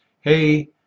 hey